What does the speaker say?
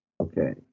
Okay